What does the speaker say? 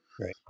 Right